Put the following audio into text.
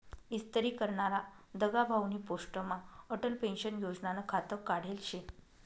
इस्तरी करनारा दगाभाउनी पोस्टमा अटल पेंशन योजनानं खातं काढेल शे